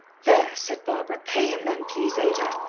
there! said barbara. pay him then, please, ada.